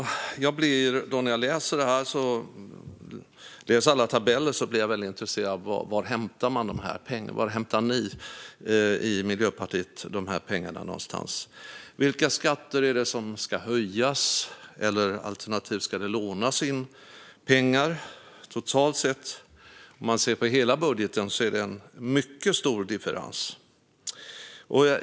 När jag läser alla tabeller blir jag väldigt intresserad av varifrån ni i Miljöpartiet hämtar alla de här pengarna. Vilka skatter är det som ska höjas? Ska det lånas in pengar? Totalt sett, om man ser på hela budgeten, är det en mycket stor differens.